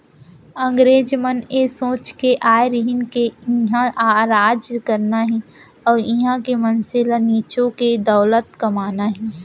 अंगरेज मन ए सोच के आय रहिन के इहॉं राज करना हे अउ इहॉं के मनसे ल निचो के दौलत कमाना हे